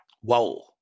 Whoa